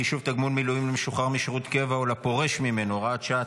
חישוב תגמול מילואים למשוחרר משירות קבע או לפורש ממנו) (הוראת שעה),